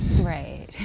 Right